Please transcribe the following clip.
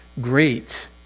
Great